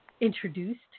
introduced